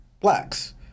blacks